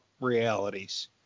realities